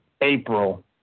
April